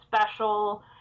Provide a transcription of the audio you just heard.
special